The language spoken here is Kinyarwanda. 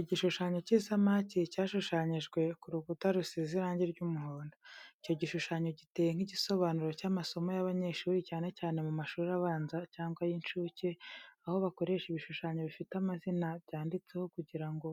Igishushanyo cy’isamaki cyashushanyijwe ku rukuta rusize irangi ry’umuhondo. Icyo gishushanyo giteye nk’igisobanuro cy’amasomo y’abanyeshuri, cyane cyane mu mashuri abanza cyangwa y’incuke, aho bakoresha ibishushanyo bifite amazina byanditseho kugira ngo